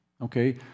Okay